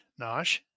Nosh